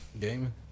Gaming